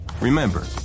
Remember